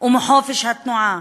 ומחופש התנועה,